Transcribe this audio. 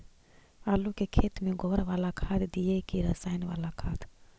आलू के खेत में गोबर बाला खाद दियै की रसायन बाला खाद?